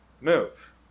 move